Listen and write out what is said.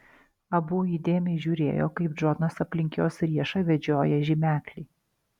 abu įdėmiai žiūrėjo kaip džonas aplink jos riešą vedžioja žymeklį